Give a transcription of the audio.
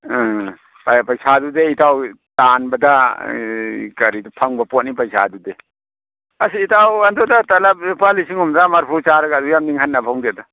ꯑꯥ ꯑꯦ ꯄꯩꯁꯥꯗꯨꯗꯤ ꯏꯇꯥꯎ ꯇꯥꯟꯕꯗ ꯑꯥ ꯀꯔꯤꯗ ꯐꯪꯕ ꯄꯣꯠꯅꯤ ꯄꯩꯁꯥꯗꯨꯗꯤ ꯑꯁ ꯏꯇꯥꯎ ꯑꯗꯨꯅ ꯇꯂꯕ ꯂꯨꯄꯥ ꯂꯤꯁꯤꯡ ꯍꯨꯝꯗ꯭ꯔꯥ ꯃꯔꯐꯨ ꯆꯥꯔꯒ ꯑꯗꯨꯌꯥꯝ ꯅꯤꯡꯍꯟꯅꯕ ꯍꯧꯅꯗꯦꯗ